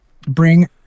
bring